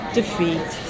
defeat